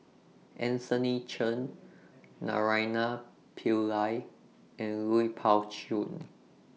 Anthony Chen Naraina Pillai and Lui Pao Chuen